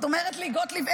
את אומרת לי: גוטליב,